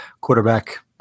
quarterback